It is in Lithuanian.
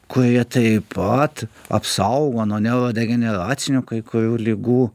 kurie taip pat apsaugo nuo neurodegeneracinių kai kurių ligų